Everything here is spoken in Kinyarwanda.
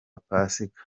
pasika